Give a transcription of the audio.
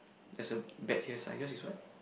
there's a bet here sign yours is what